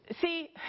see